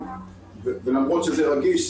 ולמרות שזה רגיש,